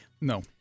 No